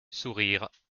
sourires